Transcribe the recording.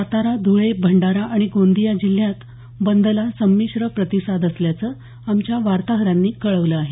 सातारा धुळे भंडारा आणि गोंदिया जिल्ह्यात बंदला संमिश्र प्रतिसाद असल्याचं आमच्या वार्ताहरांनी कळवलं आहे